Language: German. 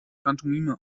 pantomime